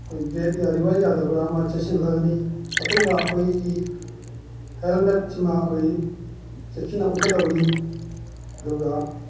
ꯑꯩꯈꯣꯏ ꯕ꯭ꯔꯦꯛ ꯌꯥꯔꯤꯕ꯭ꯔꯥ ꯌꯥꯗꯕ꯭ꯔꯥ ꯑꯃ ꯆꯦꯛꯁꯤꯟꯂꯅꯤ ꯃꯇꯨꯡꯗ ꯑꯩꯈꯣꯏꯒꯤ ꯍꯦꯜꯃꯦꯠꯁꯤꯃ ꯑꯩꯈꯣꯏ ꯆꯦꯛꯁꯤꯟꯅ ꯎꯞꯀꯗꯕꯅꯤ ꯑꯗꯨꯒ